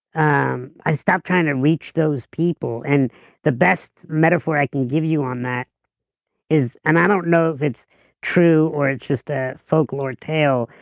um stopped trying to reach those people. and the best metaphor i can give you on that is, and i don't know if it's true or it's just a folklore tale,